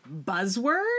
buzzword